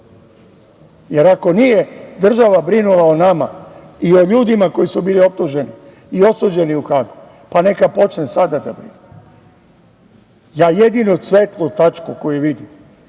jer ako nije država brinula o nama i o ljudima koji su optuženi i osuđeni u Hagu, pa neka počne sada da brine. Jedinu svetlu tačku koju vidim,